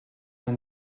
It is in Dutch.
een